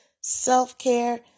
self-care